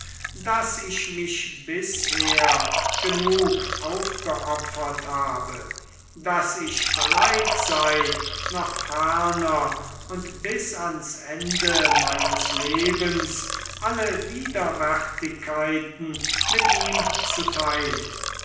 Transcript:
daß ich mich bisher genug aufgeopfert habe daß ich bereit sei noch ferner und bis ans ende meines lebens alle widerwärtigkeiten mit ihm zu teilen